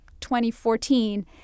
2014